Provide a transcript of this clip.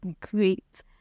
great